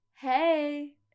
Hey